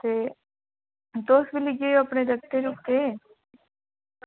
ते तुस बी लेई आएओ अपने जगतै जुगतै गी